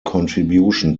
contribution